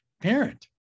parent